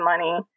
money